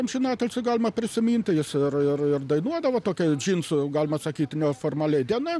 amžinatilsį galima prisiminti jis ir ir ir dainuodavo tokia džinsų galima sakyti neformaliai diena